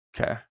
Okay